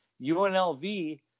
UNLV